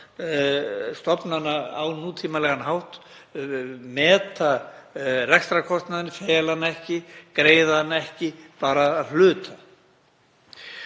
stofnana á nútímalegan hátt, meta rekstrarkostnaðinn, fela hann ekki, greiða hann ekki bara að hluta.